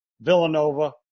Villanova